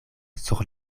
sur